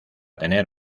tener